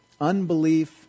unbelief